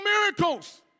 miracles